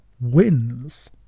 wins